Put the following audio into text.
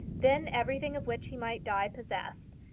then everything of which he might die possessed,